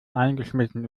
eingeschmissen